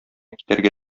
китәргә